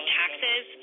taxes